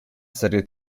serie